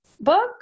book